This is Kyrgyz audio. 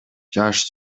жаш